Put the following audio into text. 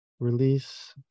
Release